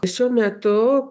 šiuo metu